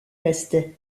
restaient